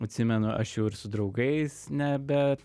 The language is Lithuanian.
atsimenu aš jau ir su draugais nebe